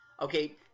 Okay